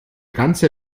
ganze